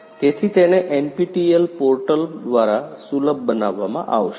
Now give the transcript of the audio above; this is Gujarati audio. તેથી તેને એનપીટીઇએલ પોર્ટલ nptel પોર્ટલ દ્વારા સુલભ બનાવવામાં આવશે